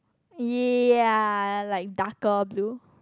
ya like darker blue